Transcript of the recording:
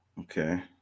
okay